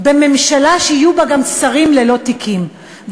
בממשלה שיהיו בה גם שרים ללא תיקים.